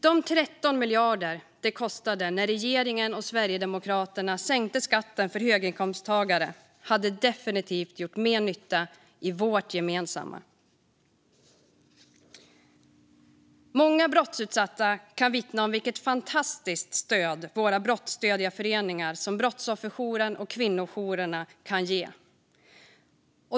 De 13 miljarder det kostade när regeringen och Sverigedemokraterna sänkte skatten för höginkomsttagare hade definitivt gjort mer nytta i vårt gemensamma arbete. Många brottsutsatta kan vittna om vilket fantastiskt stöd våra brottsstödjarföreningar, till exempel Brottsofferjouren och kvinnojourerna, kan ge.